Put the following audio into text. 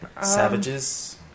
Savages